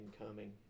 incoming